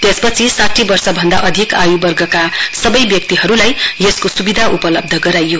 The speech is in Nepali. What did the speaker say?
त्यसपछि साठी वर्षभन्दा अधिक आयुवर्गका सबै व्यक्तिहरूलाई यसको सुविधा उपलब्ध गराइयो